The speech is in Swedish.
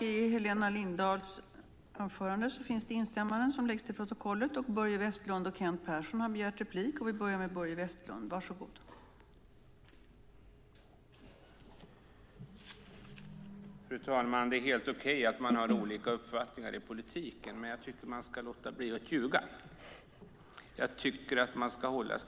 I detta anförande instämde Marie Wickberg , Jonas Jacobsson Gjörtler, Olof Lavesson, Cecilie Tenfjord-Toftby och Boriana Åberg samt Mats Odell .